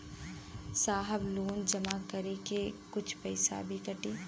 साहब लोन जमा करें में कुछ पैसा भी कटी?